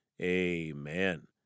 amen